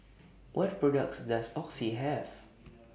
What products Does Oxy Have